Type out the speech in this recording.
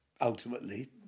ultimately